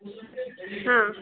ಹಾಂ